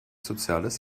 soziales